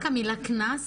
רק המילה "קנס"